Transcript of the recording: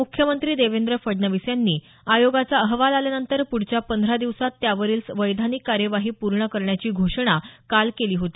मुख्यमंत्री देवेंद्र फडणवीस यांनी आयोगाचा अहवाल आल्यानंतर पुढच्या पंधरा दिवसांत त्यावरील वैधानिक कार्यवाही पूर्ण करण्याची घोषणा काल केली होती